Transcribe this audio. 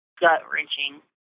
gut-wrenching